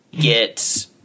get